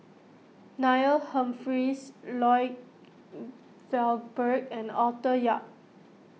Neil Humphreys Lloyd Valberg and Arthur Yap